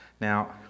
Now